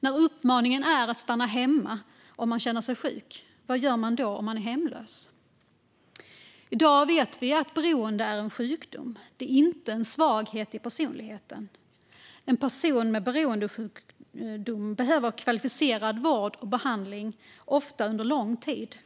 När uppmaningen är att stanna hemma om man känner sig sjuk - vad gör man då om man är hemlös? I dag vet vi att beroende är en sjukdom. Det är inte en svaghet i personligheten. En person med beroendesjukdom behöver kvalificerad vård och behandling, ofta under lång tid.